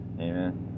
Amen